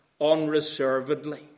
unreservedly